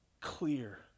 clear